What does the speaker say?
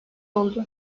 oldu